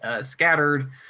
scattered